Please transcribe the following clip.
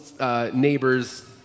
neighbor's